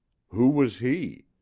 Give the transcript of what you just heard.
who was he?